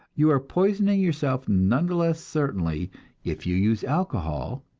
you are poisoning yourself none the less certainly if you use alcohol,